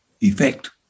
effect